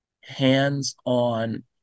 hands-on